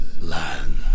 land